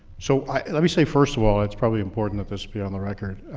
so let me say first of all, it's probably important that this be on the record,